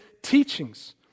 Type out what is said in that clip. teachings